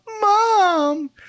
Mom